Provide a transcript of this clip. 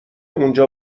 اونجا